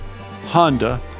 Honda